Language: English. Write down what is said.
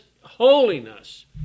holiness